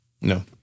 No